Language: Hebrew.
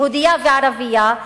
יהודייה וערבייה,